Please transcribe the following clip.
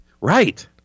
Right